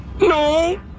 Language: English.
No